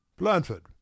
Blanford